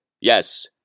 yes